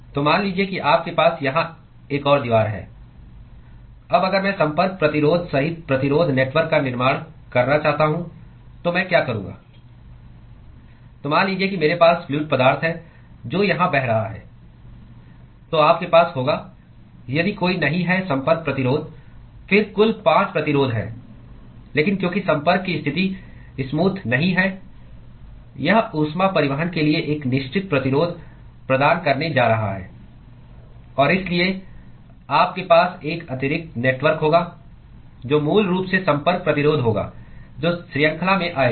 तो मान लीजिए कि आपके पास यहां एक और दीवार है अब अगर मैं संपर्क प्रतिरोध सहित प्रतिरोध नेटवर्क का निर्माण करना चाहता हूं तो मैं क्या करूंगा तो मान लीजिए कि मेरे पास फ्लूअड पदार्थ है जो यहां बह रहा है तो आपके पास होगा यदि कोई नहीं है संपर्क प्रतिरोध फिर कुल 5 प्रतिरोध हैं लेकिन क्योंकि संपर्क की स्थिति स्मूथ नहीं है यह ऊष्मा परिवहन के लिए एक निश्चित प्रतिरोध प्रदान करने जा रहा है और इसलिए आपके पास एक अतिरिक्त नेटवर्क होगा जो मूल रूप से संपर्क प्रतिरोध होगा जो शृंखला में आएगा